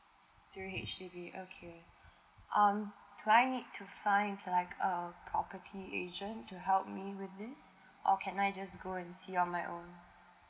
new H_D_B okay um do I need to find like um property agent to help me with this or can I just go and see on my own